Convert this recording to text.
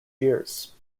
years